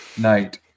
night